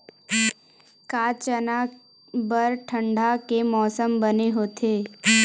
का चना बर ठंडा के मौसम बने होथे?